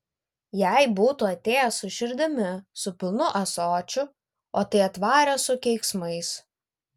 jei būtų atėjęs su širdimi su pilnu ąsočiu o tai atvarė su keiksmais